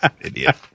Idiot